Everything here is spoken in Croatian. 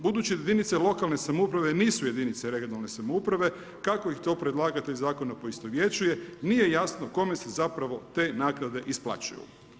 Budući da jedinice lokalne samouprave nisu jedinice regionalne samouprave, kako ih to predlagatelj zakona poistovjećuje, nije jasno kome se zapravo te naknade isplaćuje.